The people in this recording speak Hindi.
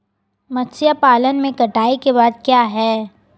मत्स्य पालन में कटाई के बाद क्या है?